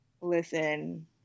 listen